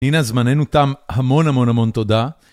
הנה זמננו תם המון המון המון תודה.